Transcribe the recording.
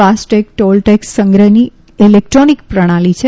fast tag toll tax સંગ્રહની electronic પ્રણાલિ છે